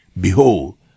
Behold